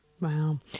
Wow